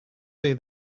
day